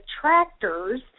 tractors